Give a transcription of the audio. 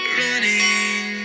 running